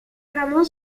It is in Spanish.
ramón